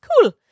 cool